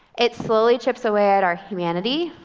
it slowly chips away at our humanity